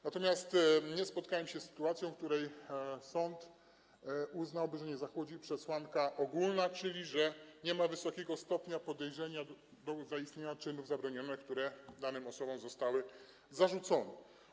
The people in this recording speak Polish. Natomiast nie spotkałem się z sytuacją, w której sąd uznałby, że nie zachodzi przesłanka ogólna, czyli że nie ma wysokiego stopnia podejrzenia co do zaistnienia czynów zabronionych, które danym osobom zostały zarzucone.